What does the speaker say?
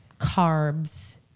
carbs